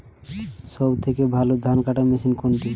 সবথেকে ভালো ধানকাটা মেশিন কোনটি?